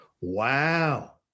Wow